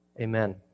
Amen